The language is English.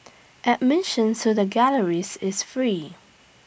admission to the galleries is free